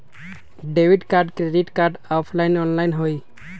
Debit card credit card offline online होई?